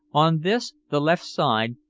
on this, the left side,